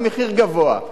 המחיר גבוה.